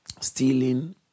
stealing